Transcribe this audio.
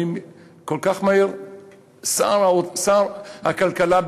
כל כך מהר שר הכלכלה בנט,